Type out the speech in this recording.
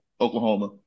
Oklahoma